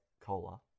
cola